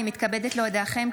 אני מתכבדת להודיעכם,